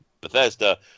Bethesda